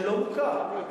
שלא מוכר.